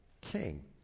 king